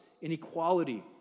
inequality